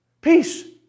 Peace